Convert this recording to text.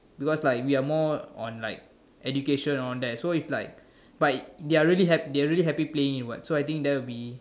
because like we are more on like the education all that so is like but they are really they are really happy playing so that will be